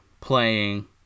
Playing